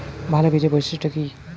ভাল বীজের বৈশিষ্ট্য কী?